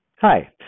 Hi